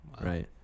right